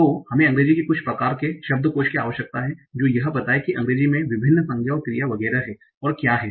तो हमें अंग्रेजी के कुछ प्रकार के शब्दकोश की आवश्यकता है जो यह बताए की अंग्रेजी में विभिन्न संज्ञा और क्रिया वगैरह हैं और क्या हैं